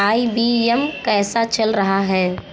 आई B M कैसा चल रहा है